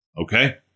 okay